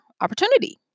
opportunity